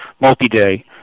multi-day